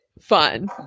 fun